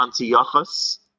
Antiochus